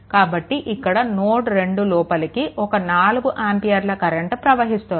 కాబట్టి ఇక్కడ నోడ్2 లోపలికి ఒక 4 ఆంపియర్ల కరెంట్ ప్రవహిస్తోంది